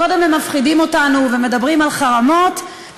קודם הם מפחידים אותנו ומדברים על חרמות,